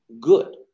good